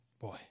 Boy